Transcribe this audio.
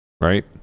right